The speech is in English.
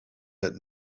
had